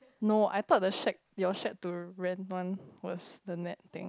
no I thought the shake your shake to rent one was the net thing